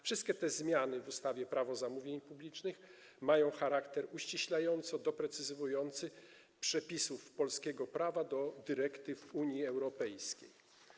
Wszystkie te zmiany w ustawie Prawo zamówień publicznych mają charakter uściślająco-doprecyzowujący, dostosowują przepisy polskiego prawa do dyrektyw Unii Europejskiej.